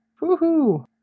woo-hoo